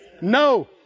no